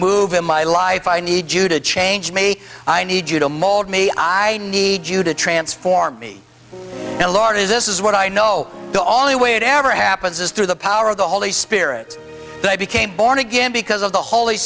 move in my life i need you to change me i need you to mold me i need you to transform me and lart is this is what i know the only way it ever happens is through the power of the holy spirit they became born again because of the holy